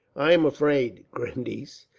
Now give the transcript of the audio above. i am afraid, grandniece,